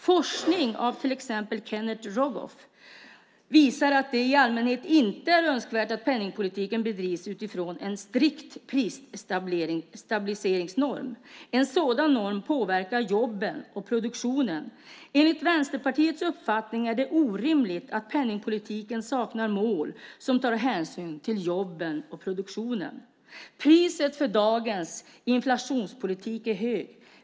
Forskning av till exempel Kenneth Rogoff visar att det i allmänhet inte är önskvärt att penningpolitiken bedrivs utifrån en strikt prisstabiliseringsnorm. En sådan norm påverkar jobben och produktionen. Enligt Vänsterpartiets uppfattning är det orimligt att penningpolitiken saknar mål som tar hänsyn till jobben och produktionen. Priset för dagens inflationspolitik är högt.